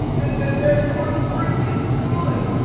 that that therefore work is good.